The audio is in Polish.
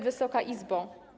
Wysoka Izbo!